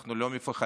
אנחנו לא מפחדים